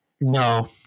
No